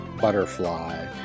Butterfly